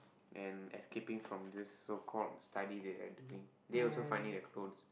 and escaping from this so called study they were doing they also finding the clones